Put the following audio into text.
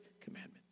commandment